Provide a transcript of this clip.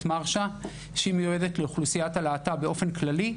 מרשה" שמיועדת לאוכלוסיית הלהט"ב באופן כללי.